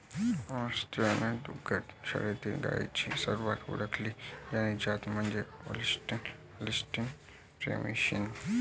Holstein दुग्ध शाळेतील गायींची सर्वात ओळखली जाणारी जात म्हणजे होल्स्टीन होल्स्टीन फ्रिशियन